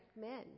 men